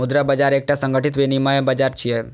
मुद्रा बाजार एकटा संगठित विनियम बाजार छियै